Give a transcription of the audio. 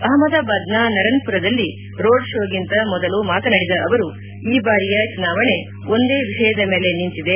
ಅಹ್ಮದಾಬಾದ್ನ ನರನ್ಮರದಲ್ಲಿ ರೋಡ್ ಶೋಗಿಂತ ಮೊದಲು ಮಾತನಾಡಿದ ಅವರು ಈ ಬಾರಿಯ ಚುನಾವಣೆ ಒಂದೇ ವಿಷಯದ ಮೇಲೆ ನಿಂತಿದೆ